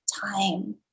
time